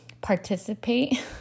participate